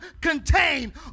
contain